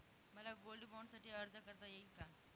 मला गोल्ड बाँडसाठी अर्ज करता येईल का?